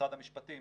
משרד המשפטים,